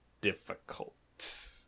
difficult